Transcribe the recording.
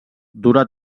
dura